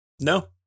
No